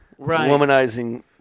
womanizing